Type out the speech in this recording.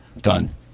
Done